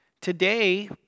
Today